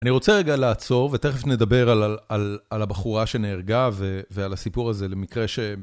אני רוצה רגע לעצור, ותכף נדבר על הבחורה שנהרגה ועל הסיפור הזה, למקרה ש...